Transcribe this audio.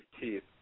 teeth